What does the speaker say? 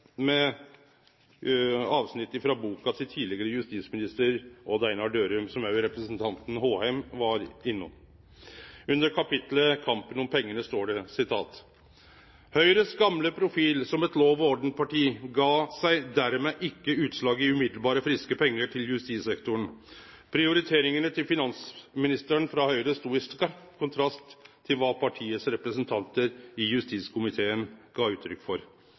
med avsnitt frå boka til tidlegare justisminister Odd Einar Dørum, som òg representanten Håheim var innom. Under kapitlet «Kampen om pengene» står det: «Høyres gamle profil som et «lov og orden»-parti ga seg dermed ikke utslag i umiddelbare friske penger til justissektoren. Prioriteringene til finansministeren fra Høyre sto i skarp kontrast til hva partiets representanter i justiskomiteen ga uttrykk for.»